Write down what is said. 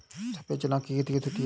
सफेद चना की खेती कैसे होती है?